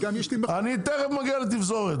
אני תכף מגיע לתפזורת.